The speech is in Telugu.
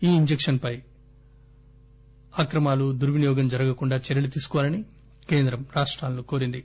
ఈ ఇంజక్షన్ పై అక్రమాలు దుర్వినియోగం జరగకుండా చర్యలు తీసుకోవాలని కేంద్రం రాష్టాలను కోరింది